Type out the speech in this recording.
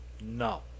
No